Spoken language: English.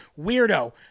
weirdo